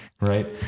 Right